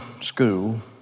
school